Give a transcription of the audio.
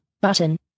button